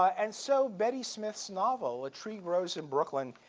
ah and so betty smith's novel, a tree grows in brooklyn,